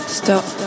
stop